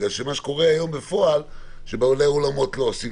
מה שקורה היום בפועל זה שבעלי האולמות לא עושים